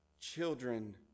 children